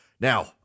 now